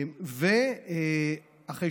הוא עכשיו משיב לך.